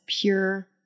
pure